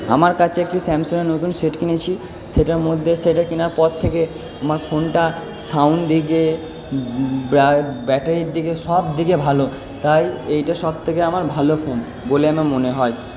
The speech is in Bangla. আমার কাছে একটি স্যামসংয়ের নতুন সেট কিনেছি সেটার মধ্যে সেটা কেনার পর থেকে আমার ফোনটা সাউন্ড দিকে ব্যাটারির দিকে সব দিকে ভালো তাই এইটা সব থেকে আমার ভালো ফোন বলে আমার মনে হয়